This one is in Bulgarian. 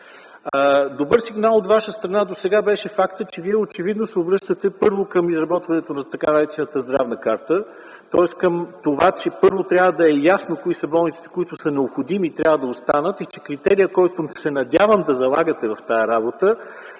Добър сигнал от Ваша страна досега беше фактът, че Вие очевидно се обръщате първо към изработването на така наречената Здравна карта, тоест към това че първо трябва да е ясно кои са болниците, които са необходими и трябва да останат. Критерият, който се надявам да залагате в тази работа,